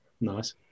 Nice